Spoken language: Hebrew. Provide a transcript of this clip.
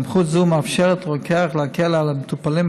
סמכות זו מאפשרת לרוקח להקל על המטופלים